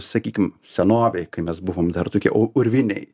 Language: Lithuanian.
sakykim senovėj kai mes buvom dar tokie u urviniai